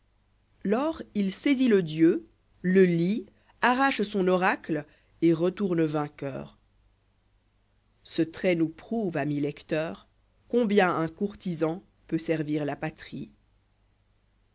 lors il saisit le dieu le lié arrache son oracle et retourne vainqueur ce trait nous prouve ami lecteur combien un courtisan peut servir la patrie